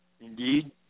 Indeed